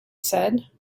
said